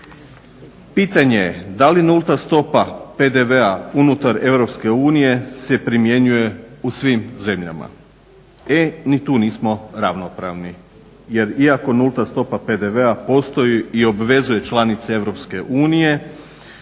Pitanje je da li nulta stopa PDV-a unutar EU se primjenjuje u svim zemljama? E ni tu nismo ravnopravni jer iako nulta stopa PDV-a postoji i obvezuje članice EU